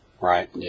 Right